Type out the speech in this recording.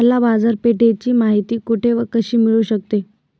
मला बाजारपेठेची माहिती कुठे व कशी मिळू शकते?